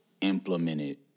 implemented